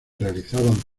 realizaban